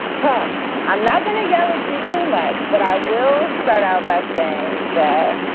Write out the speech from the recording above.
huh. i'm not going to yell at you too much, but i will start out by saying that,